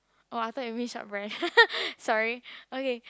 oh I thought you mean short breath sorry okay